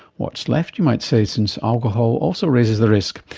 what's left, you might say, since alcohol also raises the risk.